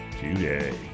today